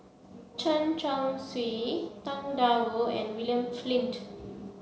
Chen Chong Swee Tang Da Wu and William Flint